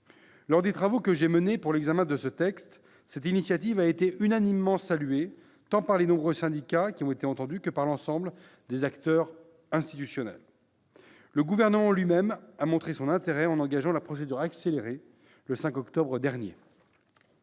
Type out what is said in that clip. Lors des travaux que j'ai menés pour l'examen de ce texte, cette initiative a été unanimement saluée, tant par les nombreux syndicats qui ont été entendus que par l'ensemble des acteurs institutionnels. Le Gouvernement lui-même a montré son intérêt en engageant la procédure accélérée le 5 octobre dernier.